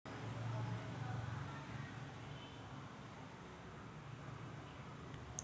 अर्थशास्त्र म्हणजे मानवाच्या आर्थिक क्रियाकलापांचा अभ्यास